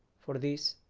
for this,